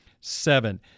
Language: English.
seven